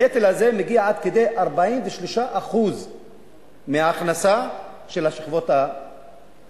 הנטל הזה מגיע עד כדי 43% מההכנסה של שכבות החלשות,